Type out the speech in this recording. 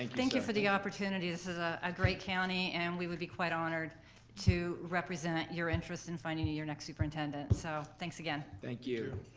and thank you for the opportunity. this is a great county and we would be quite honored to represent your interests in finding your next superintendent, so thanks again. thank you.